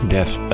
Death